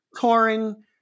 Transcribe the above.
touring